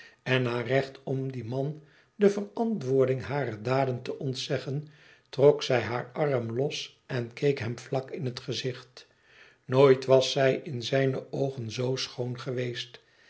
en haar recht om dien man de verantwoording harer daden te ontzeggen trok zij haar arm los en keek hem vlak in het gezicht nooit was zij in zijne oogen zoo schoon geweest